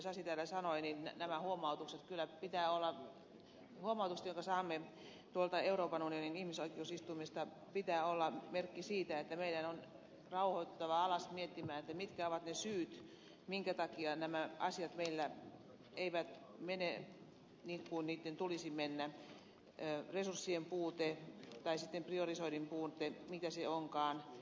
sasi täällä sanoi näiden huomautusten joita saamme euroopan unionin ihmisoikeustuomioistuimesta pitää olla merkki siitä että meidän on rauhoituttava alas miettimään mitkä ovat ne syyt minkä takia nämä asiat eivät meillä mene niin kuin niitten tulisi mennä onko se resurssien puute tai sitten priorisoinnin puute mitä se onkaan